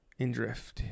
Indrift